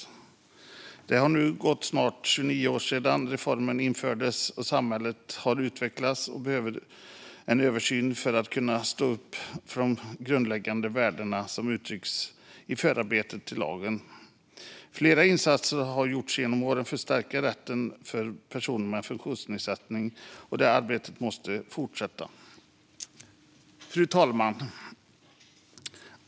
Då det har gått 29 år sedan reformen infördes och samhället har utvecklats behövs en översyn för att lagen ska stå upp för de grundläggande värden som utrycks i förarbetet till lagen. Flera insatser har gjorts genom åren för att stärka rätten för personer med funktionsnedsättning, och detta arbete måste fortsätta. Fru talman!